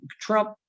Trump